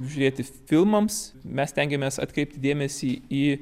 žiūrėti filmams mes stengiamės atkreipti dėmesį į